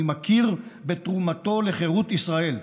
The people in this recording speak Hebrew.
אני מכיר בתרומתו לחירות ישראל,